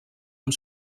amb